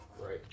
right